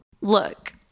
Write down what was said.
Look